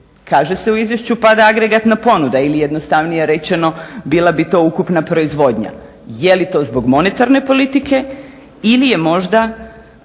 Kaže se u izvješću pada agregatna ponuda ili jednostavnije rečeno bila bi to ukupna proizvodnja. Jeli to zbog monetarne politike ili je možda